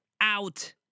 out